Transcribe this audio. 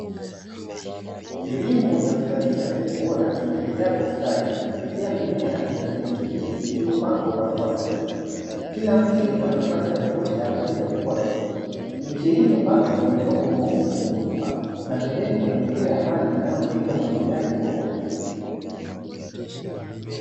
Kilimo cha kuzalisha mbegu bora kinaendelea kwa ustadi kupitia mimea ya kijani kibichi iliyopangwa kwa hatua sahihi kila mche ukiwa nafasi ya kutosha kwa ajili ya kukua vizuri, miche hiyo imepandwa kwenye udongo mweusi wenye rutuba na pembeni kuna mipira ya maji inayosaidia umwagiliaji wa uhakika.